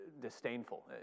disdainful